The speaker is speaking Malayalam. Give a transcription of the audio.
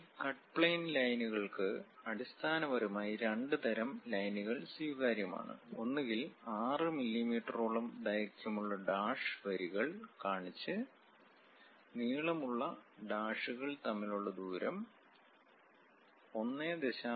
ഈ കട്ട് പ്ലെയിൻ ലൈനുകൾക്ക് അടിസ്ഥാനപരമായി രണ്ട് തരം ലൈനുകൾ സ്വീകാര്യമാണ് ഒന്നുകിൽ 6 മില്ലീമീറ്ററോളം ദൈർഘ്യമുള്ള ഡാഷ് വരികൾ കാണിച്ച് നീളമുള്ള ഡാഷുകൾ തമ്മിലുള്ള ദൂരം 1